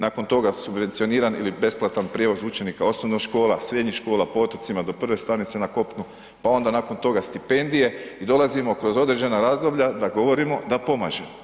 Nakon toga subvencioniran ili besplatan prijevoz učenika osnovnih škola, srednjih škola, po otocima do prve stanice na kopnu pa onda nakon toga stipendije i dolazimo kroz određena razdoblja da govorimo da pomažemo.